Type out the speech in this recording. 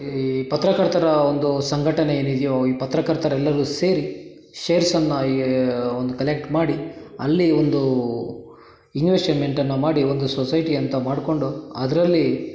ಈ ಪತ್ರಕರ್ತರ ಒಂದು ಸಂಘಟನೆ ಏನಿದೆಯೋ ಈ ಪತ್ರಕರ್ತರೆಲ್ಲರೂ ಸೇರಿ ಶೇರ್ಸನ್ನು ಈ ಒಂದು ಕಲೆಕ್ಟ್ ಮಾಡಿ ಅಲ್ಲಿ ಒಂದು ಇನ್ವೆಷನ್ಮೆಂಟನ್ನು ಮಾಡಿ ಒಂದು ಸೊಸೈಟಿ ಅಂತ ಮಾಡಿಕೊಂಡು ಅದರಲ್ಲಿ